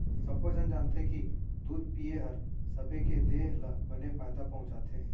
सब्बो झन जानथें कि दूद पिए हर सबे के देह ल बने फायदा पहुँचाथे